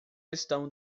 estão